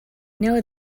know